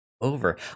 over